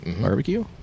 Barbecue